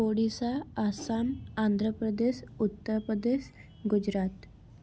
Odisha Assam Andhra Pradesh Uttar Pradesh Gujarat